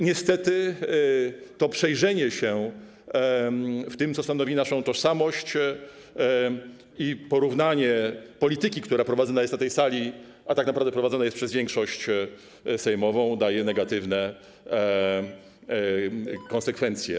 Niestety to przejrzenie się w tym, co stanowi naszą tożsamość, i porównanie polityki, która prowadzona jest na tej sali, a tak naprawdę prowadzona jest przez większość sejmową, daje negatywne konsekwencje.